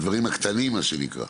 הדברים הקטנים מה שנקרא,